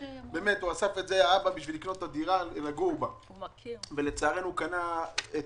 האבא אסף את הכסף כדי לקנות דירה שבה יגור ולצערנו הוא הוציא אותו